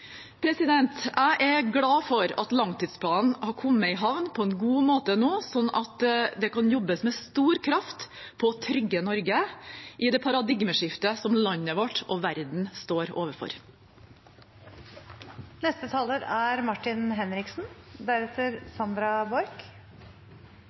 Jeg er glad for at langtidsplanen nå har kommet i havn på en god måte, slik at det kan jobbes med stor kraft for å trygge Norge i det paradigmeskiftet som landet vårt og verden står